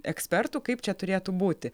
ekspertų kaip čia turėtų būti